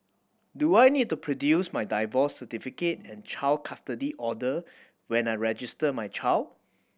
do I need to produce my divorce certificate and child custody order when I register my child